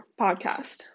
podcast